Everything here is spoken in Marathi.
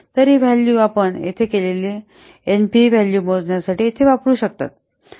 तर ही व्हॅल्यूज आपण येथे केलेली एनपीव्ही व्हॅल्यूज मोजण्यासाठी येथे वापरू शकता